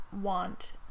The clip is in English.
want